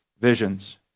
visions